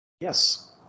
Yes